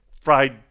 fried